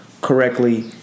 correctly